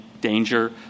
danger